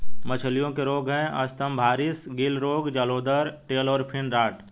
मछलियों के रोग हैं स्तम्भारिस, गिल रोग, जलोदर, टेल और फिन रॉट